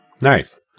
Nice